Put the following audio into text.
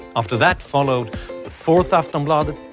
after that followed the fourth aftonbladet,